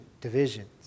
divisions